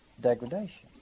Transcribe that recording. degradation